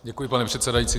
Děkuji, pane předsedající.